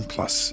Plus